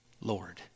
Lord